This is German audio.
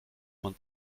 von